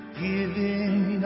giving